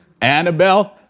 Annabelle